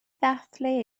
ddathlu